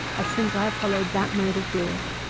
as since i have followed that mode of brewing.